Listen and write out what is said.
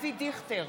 אבי דיכטר,